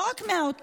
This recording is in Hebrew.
לא רק מהעוטף,